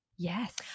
Yes